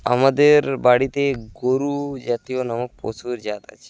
আমাদের বাড়িতে গরু জাতীয় নামক পশুর জাত আছে